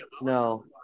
No